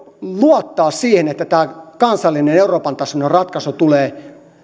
luottaa siihen että tämä kansallinen euroopan tasoinen ratkaisu tulee